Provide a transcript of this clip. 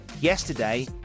Yesterday